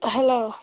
hello